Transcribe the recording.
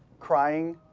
crying,